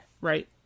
Right